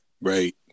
Right